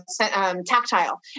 tactile